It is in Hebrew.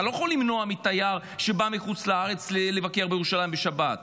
אתה לא יכול למנוע מתייר שבא מחוץ לארץ לבקר בירושלים בשבת.